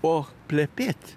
o plepėt